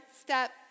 step